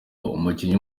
umukinnyi